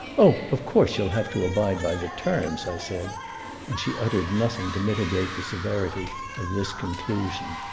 oh, of course you will have to abide by the terms, i said and she uttered nothing to mitigate the severity of this conclusion.